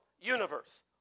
universe